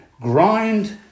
grind